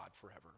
forever